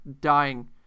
dying